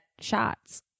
shots